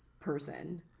person